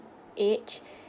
age